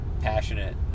passionate